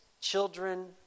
children